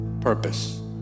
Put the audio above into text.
purpose